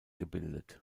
gebildet